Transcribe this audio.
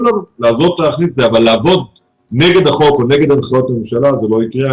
לנו אבל לעבוד נגד החוק ונגד הנחיות הממשלה זה לא יקרה.